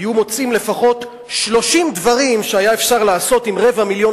היו מוצאים לפחות 30 דברים שהיה אפשר לעשות עם רבע מיליון